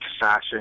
fashion